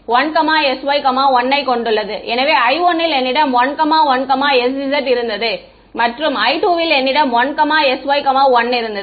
எனவே I1 இல் என்னிடம் 11sz இருந்தது மற்றும் I2 இல் என்னிடம் 1sy1 இருந்தது